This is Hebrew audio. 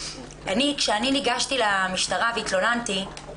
כשאני נגשתי למשטרה והתלוננתי,